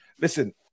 listen